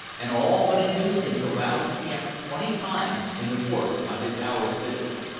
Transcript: and all but induced him to rouse the camp twenty times in the course of his hour's vigil.